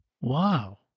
Wow